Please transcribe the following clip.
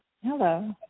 Hello